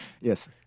yes